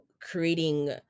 creating